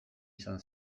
izan